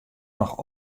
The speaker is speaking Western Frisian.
noch